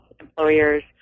employers